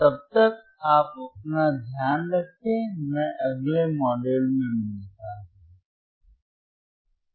तब तक आप ध्यान रखें मैं अगले मॉड्यूल में मिलता हु